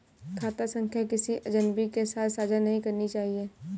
खाता संख्या किसी अजनबी के साथ साझा नहीं करनी चाहिए